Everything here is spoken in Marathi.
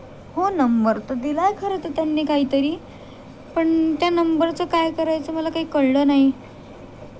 हो नंबर तर दिला आहे खरं तर त्यांनी काहीतरी पण त्या नंबरचं काय करायचं मला काही कळलं नाही